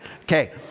Okay